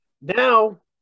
Now